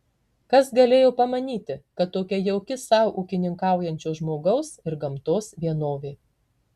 kas galėjo pamanyti kad tokia jauki sau ūkininkaujančio žmogaus ir gamtos vienovė